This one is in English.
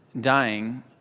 dying